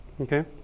Okay